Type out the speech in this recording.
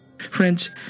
Friends